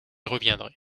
reviendrai